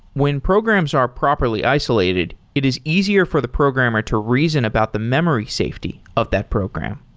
when programs are properly isolated, it is easier for the programmer to reason about the memory safety of that program.